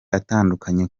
atandukanye